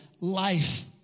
life